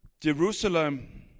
Jerusalem